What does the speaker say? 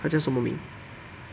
他叫什么名